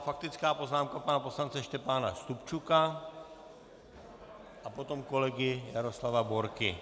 Faktická poznámka pana poslance Štěpána Stupčuka a potom kolegy Jaroslava Borky.